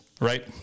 right